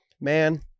man